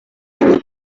iyo